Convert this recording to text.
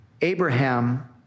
Abraham